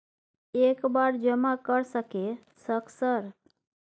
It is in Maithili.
एक बार जमा कर सके सक सर?